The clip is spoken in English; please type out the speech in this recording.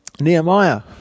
Nehemiah